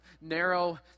narrow